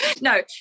no